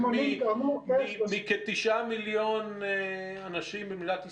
מכ-9 מיליון אנשים במדינת ישראל,